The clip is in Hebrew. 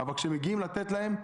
אבל כשמגיעים לתת להם,